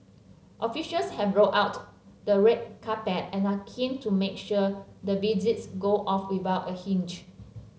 officials have rolled out the red carpet and are keen to make sure the visits go off without a hitch